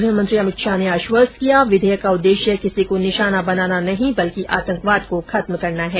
गृहमंत्री अमित शाह ने आश्वस्त किया विधेयक का उद्देश्य किसी को निशाना बनाना नहीं बल्कि आतंकवाद को खत्म करना है